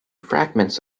fragments